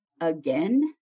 again